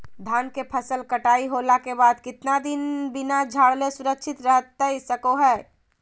धान के फसल कटाई होला के बाद कितना दिन बिना झाड़ले सुरक्षित रहतई सको हय?